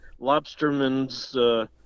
lobstermen's